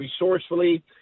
resourcefully